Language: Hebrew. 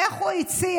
איך הוא הציע,